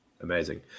amazing